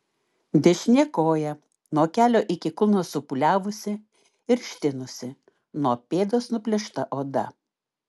dešinė koja nuo kelio iki kulno supūliavusi ir ištinusi nuo pėdos nuplėšta oda